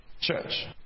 church